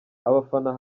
abafana